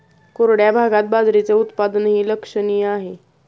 कोरड्या भागात बाजरीचे उत्पादनही लक्षणीय आहे